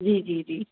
جی جی جی